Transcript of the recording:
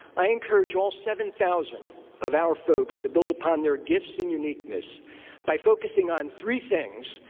i encourage all seven thousand of our folks to build upon their gifts and uniqueness by focusing on three things,